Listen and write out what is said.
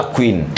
Queen